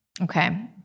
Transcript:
Okay